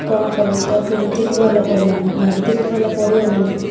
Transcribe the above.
କଣ କରିବି ତ କିଣିଥିଲି ଭଲ ପଡ଼ିଲାନି ଭାବିଥିଲି ଭଲ ପଡ଼ିବ ବୋଲି